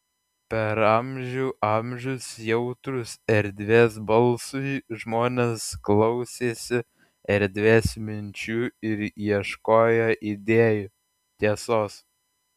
per amžių amžius jautrūs erdvės balsui žmonės klausėsi erdvės minčių ir ieškojo idėjų tiesos